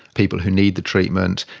people who need the treatment,